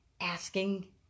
asking